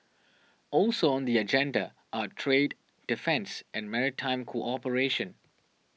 also on the agenda are trade defence and maritime cooperation